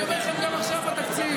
אני אומר לכם גם עכשיו בתקציב.